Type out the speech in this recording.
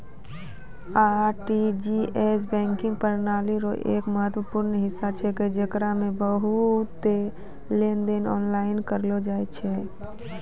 RTGS banking प्रणाली रो एक महत्वपूर्ण हिस्सा छेकै जेकरा मे बहुते लेनदेन आनलाइन करलो जाय छै